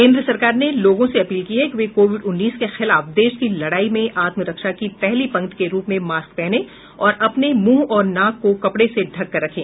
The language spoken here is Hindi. केन्द्र सरकार ने लोगों से अपील की है कि वे कोविड उन्नीस के खिलाफ देश की लडाई में आत्मरक्षा की पहली पंक्ति के रूप में मास्क पहने और अपने मुंह और नाक को कपडे से ढक कर रखें